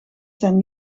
zijn